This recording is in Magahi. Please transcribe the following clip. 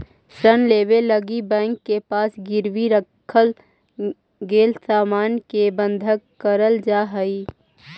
ऋण लेवे लगी बैंक के पास गिरवी रखल गेल सामान के बंधक कहल जाऽ हई